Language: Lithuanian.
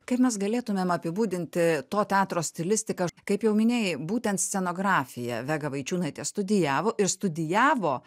kaip mes galėtumėm apibūdinti to teatro stilistiką kaip jau minėjai būtent scenografiją vega vaičiūnaitė studijavo ir studijavo